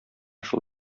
шул